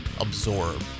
absorb